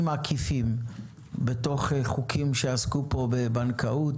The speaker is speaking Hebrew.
עקיפים בתוך חוקים שעסקו פה בבנקאות,